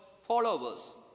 followers